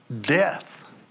death